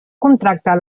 contracte